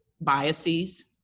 biases